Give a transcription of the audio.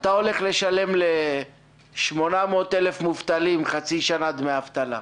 אתה הולך לשלם ל-800,000 מובטלים חצי שנה דמי אבטלה,